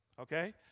Okay